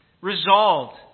resolved